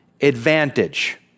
advantage